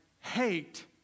hate